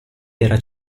era